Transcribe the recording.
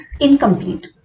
incomplete